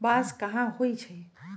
बांस कहाँ होई छई